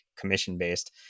commission-based